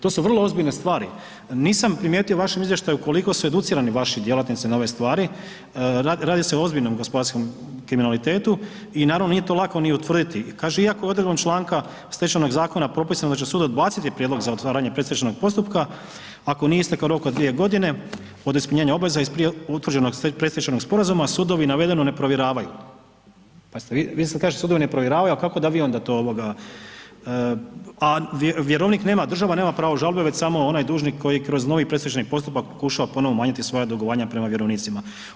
To su vrlo ozbiljne stvari, nisam primijetio u vašem izvještaju koliko su educirani vaši djelatnici na ove stvari, radi se o ozbiljnom gospodarskom kriminalitetu i naravno nije to lako ni utvrditi i kaže iako je odredbom članka Stečajnog zakona propisano da će sud odbaciti prijedlog za otvaranje predstečajnog postupka ako nije istekao rok od 2.g. od ispunjenja obveza iz prije utvrđenog predstečajnog sporazuma, sudovi navedeno ne provjeravaju, pa jeste vi, vi sad kažete sudovi ne provjeravaju, a kako da vi onda to ovoga, a vjerovnik nema, država nema pravo žalbe već samo onaj dužnik koji kroz novi predstečajni postupak pokušava ponovo umanjiti svoja dugovanja prema vjerovnicima.